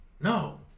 No